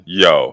yo